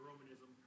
Romanism